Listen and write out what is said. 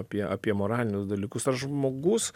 apie apie moralinius dalykus ar žmogus